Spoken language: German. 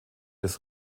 des